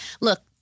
look